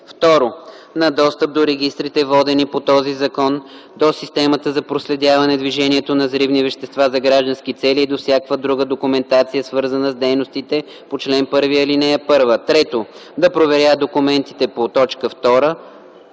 2. на достъп до регистрите, водени по този закон, до системата за проследяване движението на взривните вещества за граждански цели и до всякаква друга документация, свързана с дейностите по чл. 1, ал. 1; 3. да проверяват документите по т. 2